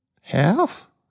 Half